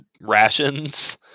rations